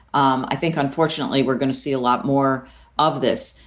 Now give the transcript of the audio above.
um i think, unfortunately, we're going to see a lot more of this.